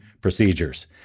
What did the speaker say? procedures